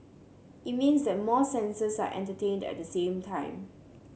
it means that more senses are entertained at the same time